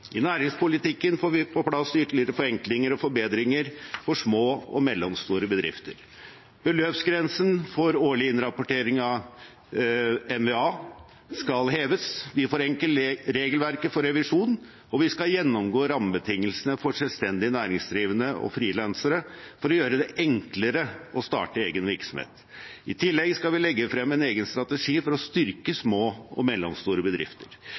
I næringspolitikken får vi på plass ytterligere forenklinger og forbedringer for små og mellomstore bedrifter. Beløpsgrensen for årlig innrapportering av merverdiavgift skal heves, vi forenkler regelverket for revisjon, og vi skal gjennomgå rammebetingelsene for selvstendig næringsdrivende og frilansere for å gjøre det enklere å starte egen virksomhet. I tillegg skal vi legge frem en egen strategi for å styrke små og mellomstore bedrifter.